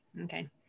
Okay